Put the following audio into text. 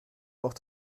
auch